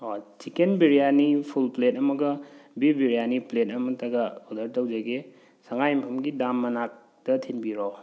ꯑꯣ chicken biryani full plate ꯑꯃꯒ beef biryani plate ꯑꯃꯠꯇꯒ ꯑꯣꯔꯗꯔ ꯇꯧꯖꯒꯦ ꯁꯉꯥꯏꯌꯨꯝꯐꯝꯒꯤ ꯗꯥꯝ ꯃꯅꯥꯛꯇ ꯊꯤꯟꯕꯤꯔꯛꯑꯣ